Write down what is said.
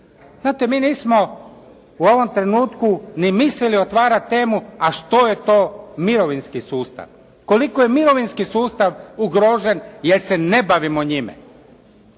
Znate, mi nismo u ovom trenutku ni mislili otvarati temu a što je to mirovinski sustav? Koliko je mirovinski sustav ugrožen jer se ne bavimo njime?